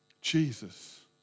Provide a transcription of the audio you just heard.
Jesus